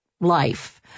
life